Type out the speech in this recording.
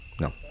No